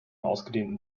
ausgedehnten